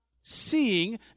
seeing